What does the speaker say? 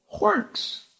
works